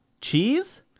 Cheese